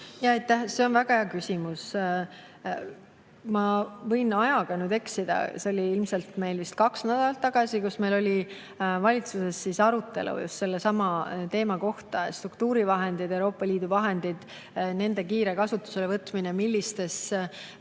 See on väga hea küsimus. Ma võin ajaga eksida, see oli vist ilmselt kaks nädalat tagasi, kui meil valitsuses oli arutelu just sellesama teema kohta: struktuurivahendid, Euroopa Liidu vahendid, nende kiire kasutuselevõtmine, millistes